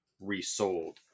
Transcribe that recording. resold